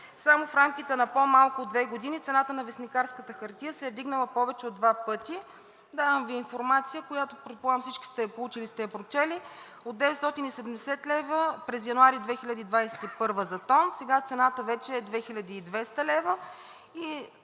Само в рамките на по-малко от две години цената на вестникарската хартия се е вдигнала повече от два пъти – давам Ви информация, която предполагам всички сте получили и сте я прочели. От 970 лв. през месец януари 2021 г. за тон, сега цената вече е 2200 лв.